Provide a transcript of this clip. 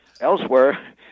elsewhere